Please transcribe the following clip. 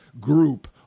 group